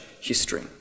history